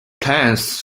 plans